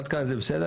עד כאן זה בסדר?